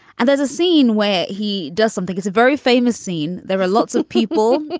and there's a scene where he does something, it's a very famous scene. there are lots of people,